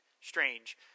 strange